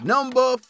Number